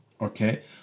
okay